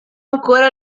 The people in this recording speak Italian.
ancora